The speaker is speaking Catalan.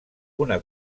una